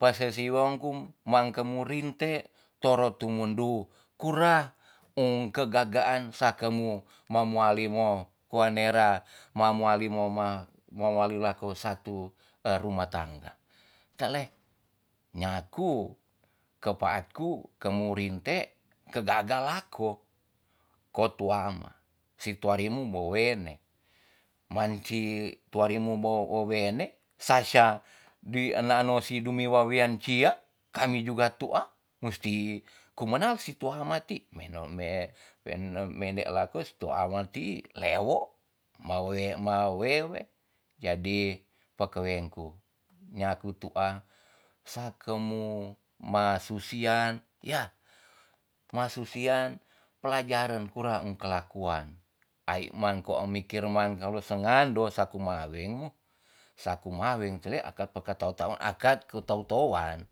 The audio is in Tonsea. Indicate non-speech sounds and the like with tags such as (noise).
Pa sesiwong ku mangke mo rinte toro tu mundu tura kegagaan sake mu ma muali mo kua nera mamuali- moma- mamuali lako satu (hesitation) rumah tangga. nyaku ke paat ku kemu rinte ke gaga lako ko tuama si tuari mu wowene. manci tuari mo wowene, sya sya di naan no dumiwa wian cia kami juga tu'a musti kumenal si tuama ti, meno- me- wen- mende lakos tuama ti lewo ma we- ma wewe. jadi pakeweng ku nyaku tu'a sake mu masu sian ya ma su sian pelajaren kurang kelakuan ai mangko mikir man kalo sengen dosa kemaweng mu saku maweng tleh akat peka ke tau tau- akat ke tou touan.